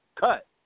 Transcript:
cut